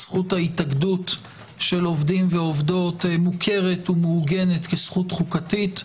זכות ההתאגדות של עובדים ועובדות מוכרת ומעוגנת כזכות חוקתית.